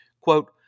Quote